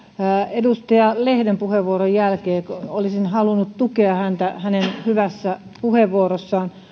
edustaja lehden puheenvuoron jälkeen olisin halunnut tukea häntä hänen hyvässä puheenvuorossaan